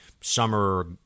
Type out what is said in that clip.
summer